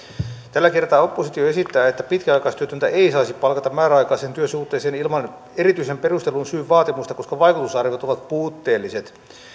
tällä kertaa oppositio esittää että pitkäaikaistyötöntä ei saisi palkata määräaikaiseen työsuhteeseen ilman erityisen perustellun syyn vaatimusta koska vaikutusarviot ovat puutteelliset